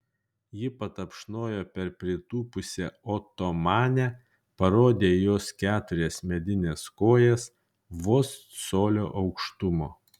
ji patapšnojo per pritūpusią otomanę parodė į jos keturias medines kojas vos colio aukštumo